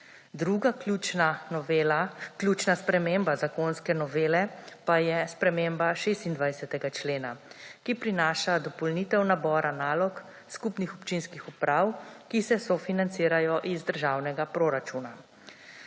Druga ključna sprememba zakonske novele pa je sprememba 26. člena, ki prinaša dopolnitev nabora nalog, skupnih občinskih uprav, ki se sofinancirajo iz državnega proračuna.